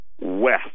West